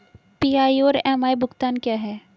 PI और MI भुगतान क्या हैं?